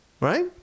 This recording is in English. right